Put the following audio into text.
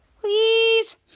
please